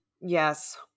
Yes